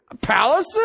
palaces